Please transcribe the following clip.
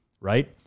right